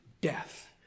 death